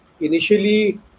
initially